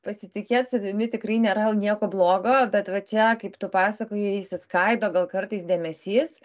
pasitikėt savimi tikrai nėra nieko blogo bet va čia kaip tu pasakoji išsiskaido gal kartais dėmesys